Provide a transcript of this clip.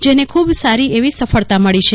જેને ખૂબ સારી એવી સફળતા મળી છે